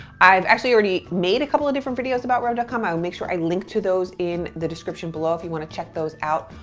i've actually already made a couple of different videos about rev and com, i'll make sure i link to those in the description below if you wanna check those out,